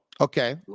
Okay